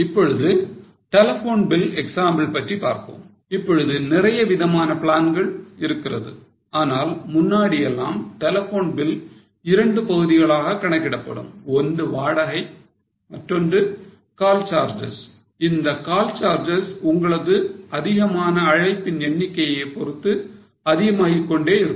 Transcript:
இப்பொழுது telephone bill example பற்றி பார்ப்போம் இப்பொழுது நிறைய விதமான பிளான்கள் இருக்கிறது ஆனால் முன்னாடி எல்லாம் டெலபோன் பில் இரண்டு பகுதிகளாக கணக்கிடப்படும் ஒன்று வாடகை மற்றொன்று கால் சார்ஜஸ் இந்த கால் சார்ஜஸ் உங்களது அதிகமான அழைப்பின் எண்ணிக்கையைப் பொறுத்து அதிகமாகிக் கொண்டே இருக்கும்